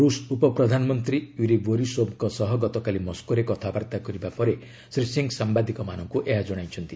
ରୁଷ ଉପପ୍ରଧାନମନ୍ତ୍ରୀ ୟୁରୀ ବୋରିସୋବ୍ଙ୍କ ସହ ଗତକାଲି ମସ୍କୋରେ କଥାବାର୍ତ୍ତା କରିବା ପରେ ଶ୍ରୀ ସିଂହ ସାମ୍ବାଦିକମାନଙ୍କୁ ଏହା ଜଣାଇଛନ୍ତି